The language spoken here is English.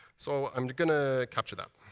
so i'm going to capture that.